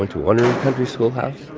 one-room country schoolhouse.